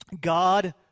God